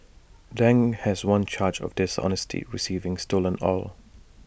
Dang has one charge of dishonestly receiving stolen oil